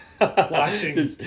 watching